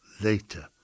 Later